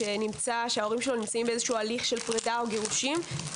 שההורים שלו נמצאים בהליך של פרידה וגירושים,